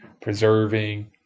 preserving